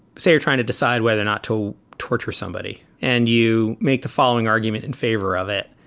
so you're trying to decide whether or not to torture somebody and you make the following argument in favor of it.